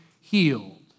healed